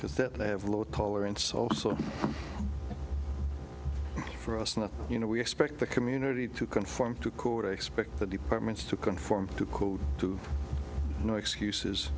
because that they have low tolerance also for us not you know we expect the community to conform to a court or expect the departments to conform to code no excuses